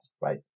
right